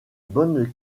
bonne